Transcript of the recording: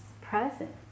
present